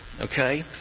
okay